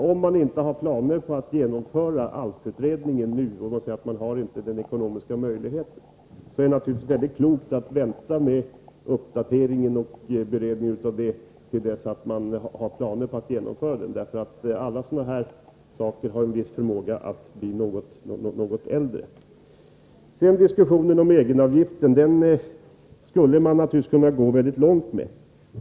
Om man inte har planer på att genomföra ALF-utredningen nu och inte heller har den ekonomiska möjligheten, är det naturligtvis väldigt klokt att vänta med uppdateringen till dess man har planer på att genomföra den. Alla sådana här saker har en viss förmåga att bli något äldre. Diskussionen om egenavgifterna skulle man naturligtvis kunna gå mycket långt med.